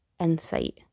insight